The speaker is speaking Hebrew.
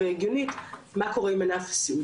השאלה אולי גם על חברות הביצוע,